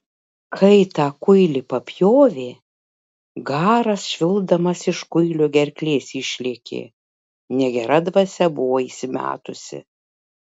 kai tą kuilį papjovė garas švilpdamas iš kuilio gerklės išlėkė negera dvasia buvo įsimetusi